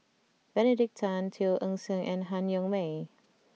Benedict Tan Teo Eng Seng and Han Yong May